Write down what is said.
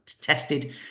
tested